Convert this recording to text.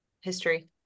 History